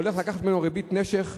הולך לקחת ממנו ריבית נשך,